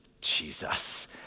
Jesus